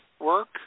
work